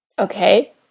Okay